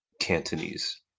Cantonese